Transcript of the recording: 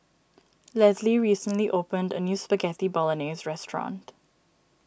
Lesli recently opened a new Spaghetti Bolognese restaurant